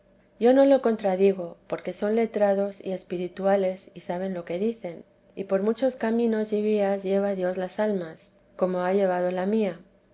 yo no lo contradigo porque son letrados y espirituales y saben lo que dicen y por muchos caminos y vías lleva dios las almas como ha llevado la mía